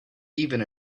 even